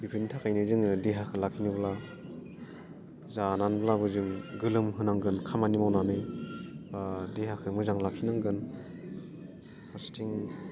बेफोरनि थाखायनो जोङो देहाखौ लाखिनोब्ला जानानैब्लाबो जों गोलोमहोनांगोन खामानि मावनानै बा देहाखौ मोजाङै लाखिनांगोन फारसेथिं